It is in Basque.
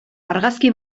argazki